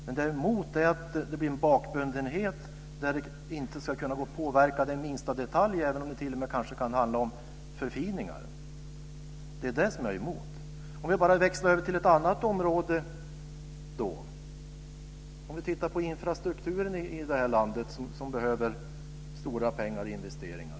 Det jag är emot är att man blir bakbunden och att det inte ska gå att påverka minsta detalj, även om det t.o.m. kanske kan handla om förfiningar. Det är det som jag är emot. Om vi växlar över till ett annat område kan vi titta på infrastrukturen i detta land som behöver mycket pengar och investeringar.